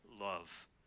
love